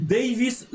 Davis